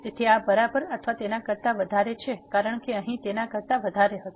તેથી આ બરાબર અથવા તેના કરતાં વધારે છે કારણ કે અહીં તેના કરતાં વધારે હતું